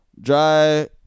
Dry